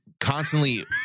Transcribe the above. Constantly